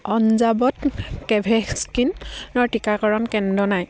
অঞ্জাৱত কোভেক্সিনৰ টীকাকৰণ কেন্দ্ৰ নাই